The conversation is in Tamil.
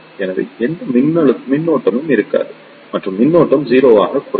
எனவே எந்த மின்னோட்டமும் இருக்காது மற்றும் மின்னோட்டம் 0 ஆகக் குறையும்